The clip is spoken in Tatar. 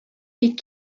бик